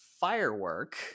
firework